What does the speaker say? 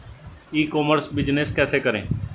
ई commerce business कैसे करें?